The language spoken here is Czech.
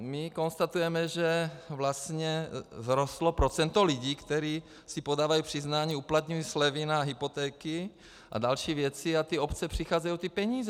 My konstatujeme, že vlastně vzrostlo procento lidí, kteří si podávají přiznání, uplatňují slevy na hypotéky a další obce, a obce přicházejí o ty peníze.